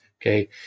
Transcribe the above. Okay